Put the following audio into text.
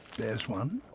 there's one.